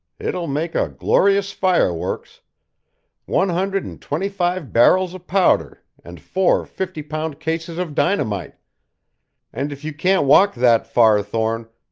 it'll make a glorious fireworks one hundred and twenty-five barrels of powder and four fifty-pound cases of dynamite and if you can't walk that far, thorne,